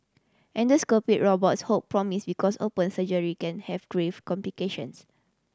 endoscopic robots hold promise because open surgery can have grave complications